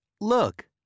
Look